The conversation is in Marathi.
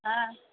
हां